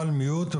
המחוזית,